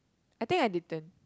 I think I didn't